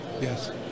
yes